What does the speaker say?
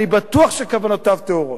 אני בטוח שכוונותיו טהורות.